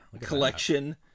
collection